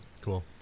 Cool